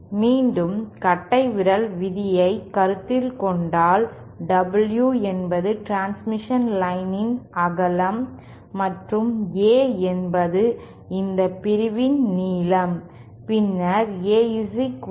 மீண்டும் கட்டைவிரல் விதியை கருத்தில் கொண்டு W என்பது டிரான்ஸ்மிஷன் லைன் இன் அகலம் மற்றும் A என்பது இந்த பிரிவின் நீளம் பின்னர் A 1